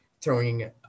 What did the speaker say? throwing